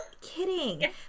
kidding